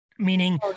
meaning